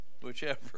whichever